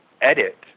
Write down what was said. edit